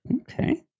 Okay